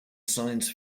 science